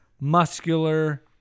muscular